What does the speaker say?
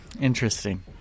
Interesting